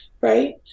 right